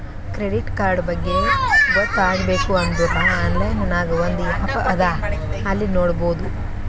credit card ಬಗ್ಗೆ ಗೊತ್ತ ಆಗ್ಬೇಕು ಅಂದುರ್ ಆನ್ಲೈನ್ ನಾಗ್ ಒಂದ್ ಆ್ಯಪ್ ಅದಾ ಅಲ್ಲಿ ನೋಡಬೋದು